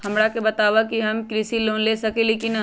हमरा के बताव कि हम कृषि लोन ले सकेली की न?